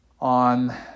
on